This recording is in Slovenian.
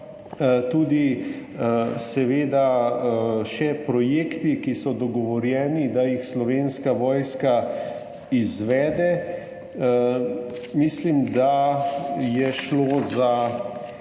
tudi seveda še projekti, ki so dogovorjeni, da jih Slovenska vojska izvede. Mislim, da je šlo za kar